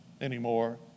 anymore